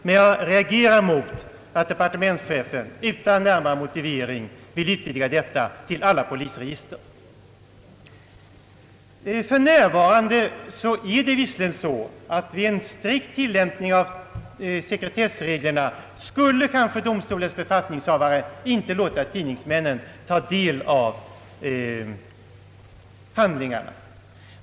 Men jag reagerar mot att departementschefen utan närmare motivering vill utvidga detta till att gälla alla polisregister. För närvarande är det visserligen på det sättet att domstolarnas befatttningshavare vid en strikt tillämpning av sekretessreglerna kanske inte borde låta tidningsmännen ta del av registerutdragen.